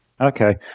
Okay